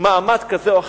מעמד כזה או אחר,